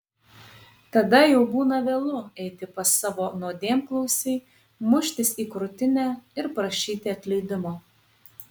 tada jau būna vėlu eiti pas savo nuodėmklausį muštis į krūtinę ir prašyti atleidimo